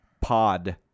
pod